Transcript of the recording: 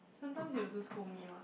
sometimes you also scold me [what]